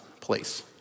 place